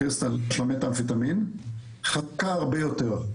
קריסטל המתאמפטמין, חזקה הרבה יותר.